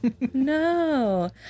no